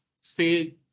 say